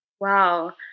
Wow